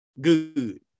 Good